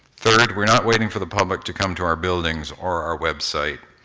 third, we're not waiting for the public to come to our buildings or our website,